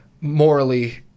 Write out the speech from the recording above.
morally